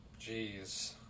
Jeez